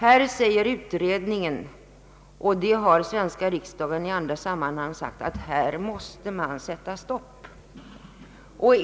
Här framhåller utredningen, liksom den svenska riksdagen gjort i andra sammanhang, att man måste sätta stopp.